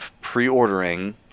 pre-ordering